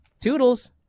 Toodles